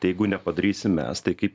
tai jeigu nepadarysim mes tai kaip